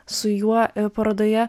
su juo parodoje